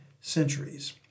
centuries